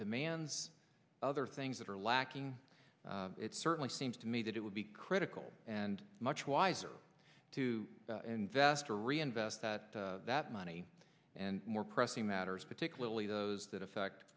demands other things that are lacking it certainly seems to me that it would be critical and much wiser to invest to reinvest that that money and more pressing matters particularly those that affect